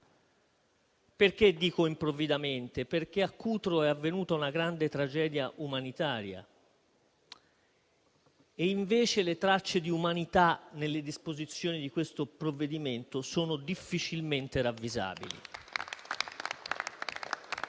"Cutro". Dico improvvidamente perché a Cutro è avvenuta una grande tragedia umanitaria e invece le tracce di umanità nelle disposizioni di questo provvedimento sono difficilmente ravvisabili.